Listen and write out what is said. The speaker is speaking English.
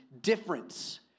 difference